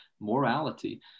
morality